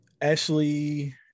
ashley